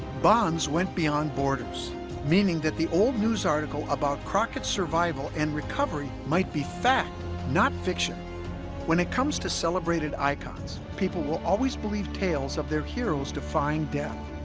bonds went beyond borders meaning that the old news article about crockett's survival and recovery might be fact not fiction when it comes to celebrated icons people will always believe tales of their heroes defying death